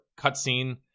cutscene